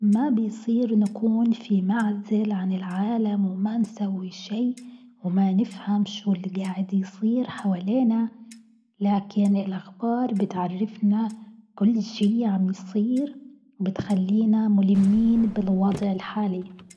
ما بصير نكون في معزل عن العالم وما نسوي شيء وما نفهم شو اللي قاعد يصير حوالينا، لكن الأخبار بتعرفنا كل شيء عم يصير بتخلينا ملمين بالوضع الحالي.